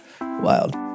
wild